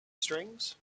strings